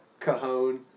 Cajon